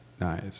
nice